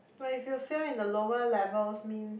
but if you fail in the lower level means